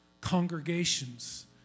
congregations